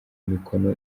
imikono